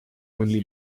only